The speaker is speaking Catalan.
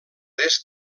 est